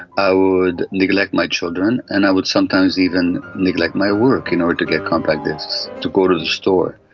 i would neglect my children, and i would sometimes even neglect my work in order to get compact discs, to go to the store.